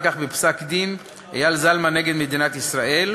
כך בפסק-דין אייל זלמן נגד מדינת ישראל,